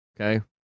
Okay